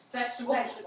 Vegetables